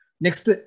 Next